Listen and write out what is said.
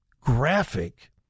graphic